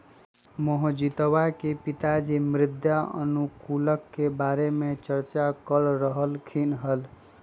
मोहजीतवा के पिताजी मृदा अनुकूलक के बारे में चर्चा कर रहल खिन हल